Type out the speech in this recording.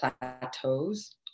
plateaus